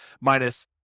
minus